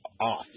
off